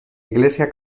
iglesia